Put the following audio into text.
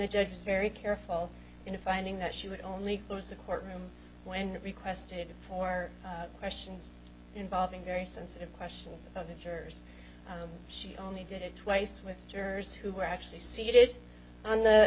judge was very careful in defining that she would only lose a courtroom when requested for questions involving very sensitive questions of the jurors she only did it twice with jurors who were actually seated on the